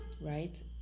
right